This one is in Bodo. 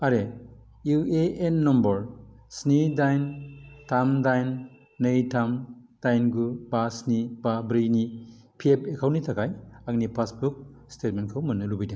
आरो इउ ए एन नम्बर स्नि दाइन थाम दाइन नै थाम दाइन गु बा स्नि बा ब्रै नि पि एफ एकाउन्टनि थाखाय आंनि पासबुक स्टेटमेन्टखौ मोननो लुबैदों